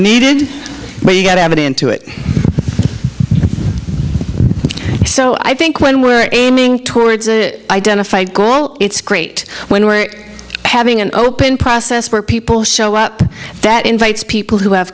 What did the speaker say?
needed but you got to have it into it so i think when we're aiming towards it identify girl it's great when we're having an open process where people show up that invites people who have